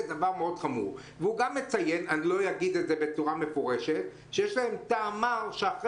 הוא גם מציין שיש להם טעם מר שאחרי